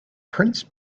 prince